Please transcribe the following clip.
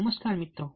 નમસ્કાર મિત્રો